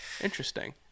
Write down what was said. interesting